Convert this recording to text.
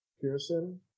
Pearson